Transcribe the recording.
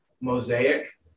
mosaic